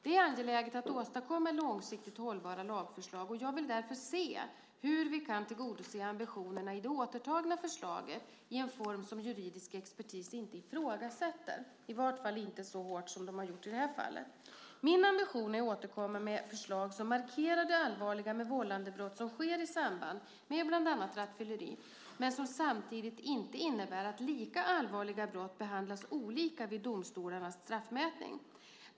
Det är angeläget att åstadkomma långsiktigt hållbara lagförslag, och jag vill därför se efter hur vi kan tillgodose ambitionerna i det återtagna förslaget i en form som juridisk expertis inte ifrågasätter, i alla fall inte så hårt som de har gjort i det här fallet. Min ambition är att återkomma med förslag som markerar det allvarliga med vållandebrott som sker i samband med bland annat rattfylleri men som samtidigt inte innebär att lika allvarliga brott behandlas olika vid domstolarnas straffmätning.